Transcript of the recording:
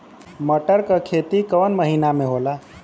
मटर क खेती कवन महिना मे होला?